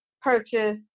purchase